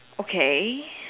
okay